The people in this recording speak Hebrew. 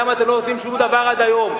למה אתם לא עושים שום דבר עד היום?